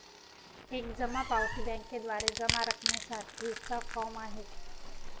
एक जमा पावती बँकेद्वारे जमा रकमेसाठी चा फॉर्म आहे